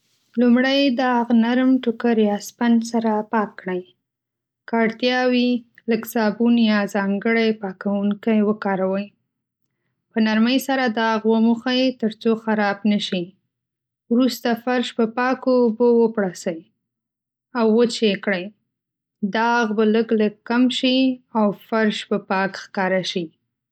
لومړی داغ نرم ټوکر یا سپنج سره پاک کړئ. که اړتیا وي، لږ صابون یا ځانګړی پاکوونکی وکاروئ. په نرمۍ سره داغ وموښئ، تر څو خراب نه شي. وروسته فرش په پاکو اوبو وپړسئ او وچ یې کړئ. داغ به لږ لږ کم شي او فرش به پاک ښکاره شي.